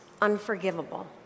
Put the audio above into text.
unforgivable